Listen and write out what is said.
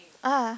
ah